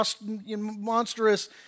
monstrous